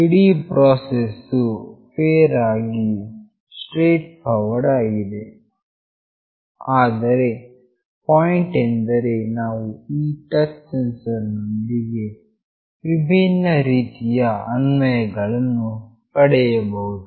ಇಡೀ ಪ್ರಾಸೆಸ್ ವು ಫೇರ್ ಆಗಿ ಸ್ಟ್ರೇಟ್ ಫಾರ್ವರ್ಡ್ ಆಗಿದೆ ಆದರೆ ಪಾಯಿಂಟ್ ಎಂದರೆ ನಾವು ಈ ಟಚ್ ಸೆನ್ಸರ್ ನೊಂದಿಗೆ ವಿಭಿನ್ನ ರೀತಿಯ ಅನ್ವಯಗಳನ್ನು ಪಡೆಯಬಹುದು